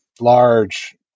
large